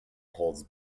holds